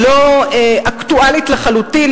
הלא-אקטואלית לחלוטין,